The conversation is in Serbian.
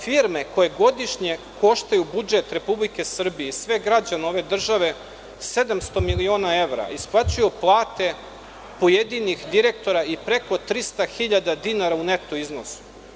Firme koje godišnje koštaju budžet Republike Srbije i sve građane ove države 700 miliona evra, isplaćuju plate pojedinih direktora preko 300 hiljada dinara u neto iznosu.